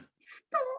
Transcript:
Stop